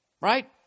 Right